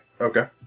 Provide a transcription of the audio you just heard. okay